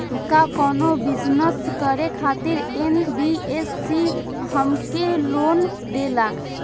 का कौनो बिजनस करे खातिर एन.बी.एफ.सी हमके लोन देला?